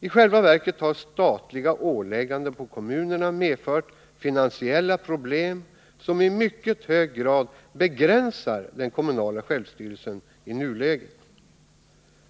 I själva verket har statliga ålägganden på kommunerna medfört finansiella problem som i mycket hög grad begränsar den kommunala självstyrelsen i nuläget.